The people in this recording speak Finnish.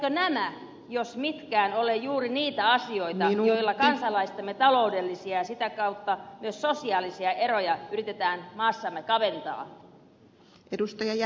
eivätkö nämä jos mitkään ole juuri niitä asioita joilla kansalaistemme taloudellisia ja sitä kautta myös sosiaalisia eroja yritetään maassamme kaventaa